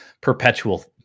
perpetual